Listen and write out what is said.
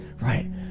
right